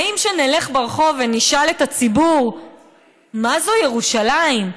האם כשנלך ברחוב ונשאל את הציבור מה זו ירושלים,